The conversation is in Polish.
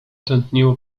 tętniło